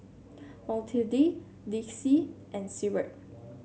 Matilde Dixie and Seward